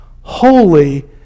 holy